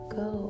go